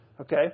Okay